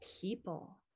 people